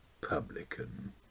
publican